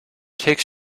take